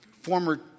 former